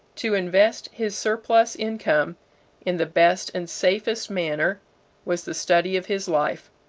to invest his surplus income in the best and safest manner was the study of his life.